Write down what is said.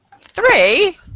Three